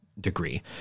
degree